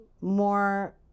more